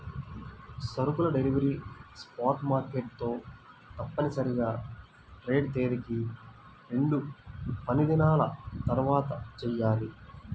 సరుకుల delivery spot market తో తప్పనిసరిగా ట్రేడ్ తేదీకి రెండుపనిదినాల తర్వాతచెయ్యాలి